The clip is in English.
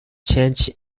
change